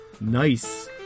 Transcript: nice